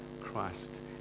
Christ